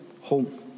home